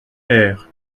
air